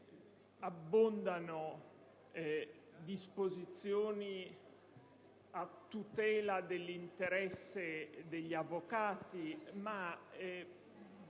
abbondano disposizioni a tutela dell'interesse degli avvocati, ma